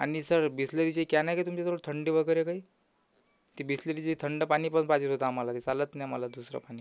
आणि सर बिसलेरीची कॅन आहे काय तुमच्याजवळ थंडी वगैरे काही ती बिसलेरीची थंड पाणी पण पाहिजे होतं आम्हाला ते चालत नाही आम्हाला दुसरं पाणी